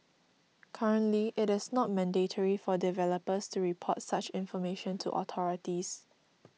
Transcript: currently it is not mandatory for developers to report such information to authorities